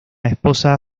esposa